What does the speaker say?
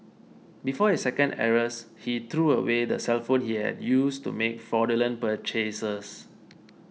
before his second arrest he threw away the cellphone he had used to make fraudulent purchases